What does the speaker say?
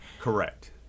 Correct